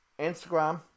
Instagram